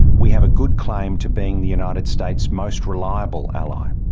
we have a good claim to being the united states' most reliable ally.